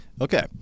Okay